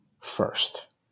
first